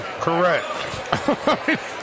correct